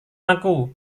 aku